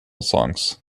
songs